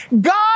God